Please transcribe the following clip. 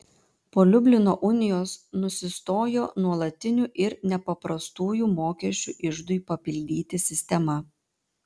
po liublino unijos nusistojo nuolatinių ir nepaprastųjų mokesčių iždui papildyti sistema